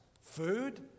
food